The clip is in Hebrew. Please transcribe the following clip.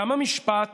גם המשפט